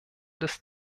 des